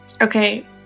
Okay